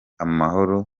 amahoro